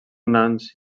nans